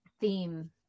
Theme